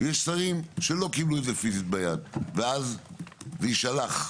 יש שרים שלא קיבלו את זה פיזית ביד, ואז זה יישלח,